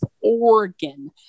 Oregon